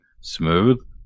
smooth